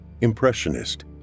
Impressionist